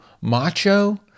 macho